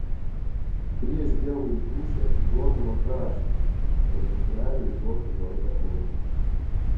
prieš dievui dūšią atiduodama prašė kad dukrelei duotų vardą onutė